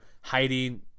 hiding